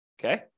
Okay